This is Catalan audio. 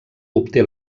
obté